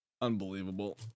unbelievable